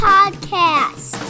Podcast